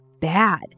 bad